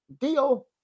deal